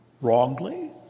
wrongly